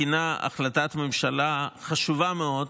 מכינה החלטת ממשלה חשובה מאוד,